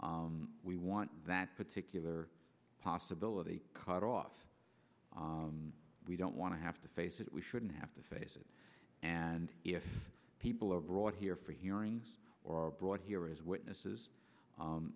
we want that particular possibility cut off we don't want to have to face it we shouldn't have to face it and if people are brought here for hearings or brought here as witnesses